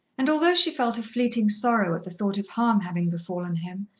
and although she felt a fleeting sorrow at the thought of harm having befallen him,